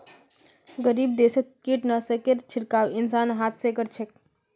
गरीब देशत कीटनाशकेर छिड़काव इंसान हाथ स कर छेक